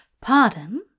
Pardon